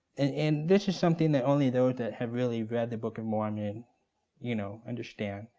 and this is something that only those that have really read the book of mormon you know understand.